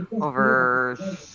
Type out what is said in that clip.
Over